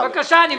בבקשה.